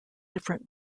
different